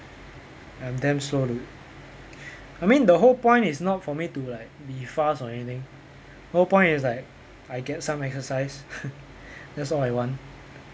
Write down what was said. I'm damn slow dude I mean the whole point is not for me to like be fast or anything the whole point is like I get some exercise that's all I want